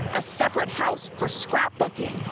a separate house for scrapbooking,